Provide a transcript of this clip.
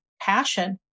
passion